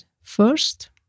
first